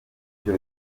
icyo